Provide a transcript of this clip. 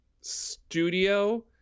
studio